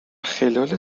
خلال